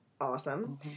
awesome